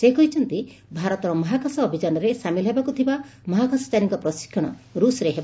ସେ କହିଛନ୍ତି ଭାରତର ମହାକାଶ ଅଭିଯାନରେ ସାମିଲ ହେବାକୁ ଥିବା ମହାକାଶଚାରୀଙ୍କ ପ୍ରଶିକ୍ଷଣ ରୁଷ୍ରେ ହେବ